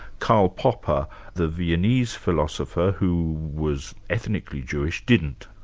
karl popper, the viennese philosopher who was ethnically jewish, didn't.